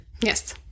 yes